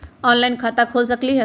Online खाता खोल सकलीह?